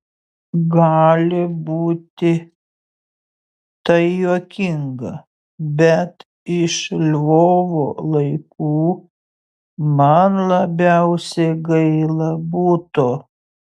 gali būti tai juokinga bet iš lvovo laikų man labiausiai gaila buto